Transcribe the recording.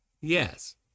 yes